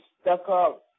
stuck-up